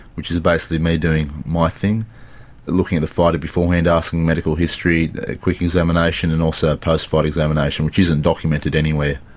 which is basically me doing my thing looking at the fighter beforehand, asking medical history, a quick examination, and also a post-fight examination, which isn't documented anywhere.